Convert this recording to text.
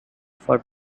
for